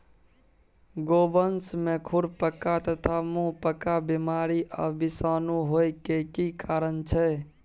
गोवंश में खुरपका तथा मुंहपका बीमारी आ विषाणु होय के की कारण छै?